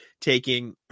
taking